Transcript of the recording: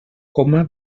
coma